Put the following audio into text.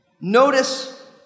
notice